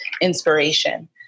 inspiration